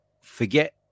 forget